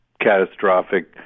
catastrophic